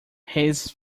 his